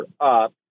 up